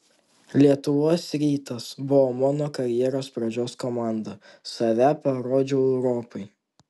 lietuvos rytas buvo mano karjeros pradžios komanda save parodžiau europai